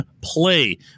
play